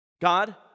God